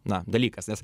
na dalykas nes